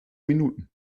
minuten